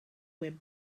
web